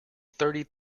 thirty